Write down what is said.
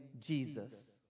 Jesus